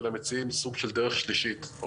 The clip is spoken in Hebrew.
אלא מציעים סוג של דרך שלישית,